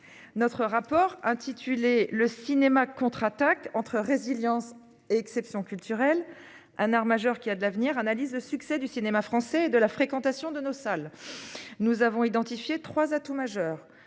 Notre rapport intitulé Le Cinéma contre-attaque entre résilience et exception culturelle un art majeur qui a de l'avenir, analyse le succès du cinéma français, de la fréquentation de nos salles. Nous avons identifié trois atouts majeurs.